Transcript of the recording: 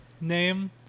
name